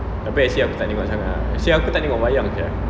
tapi actually aku tak tengok sangat ah actually aku tak tengok wayang sia